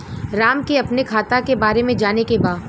राम के अपने खाता के बारे मे जाने के बा?